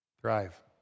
Thrive